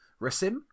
Resim